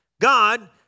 God